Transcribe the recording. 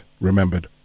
remembered